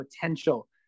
potential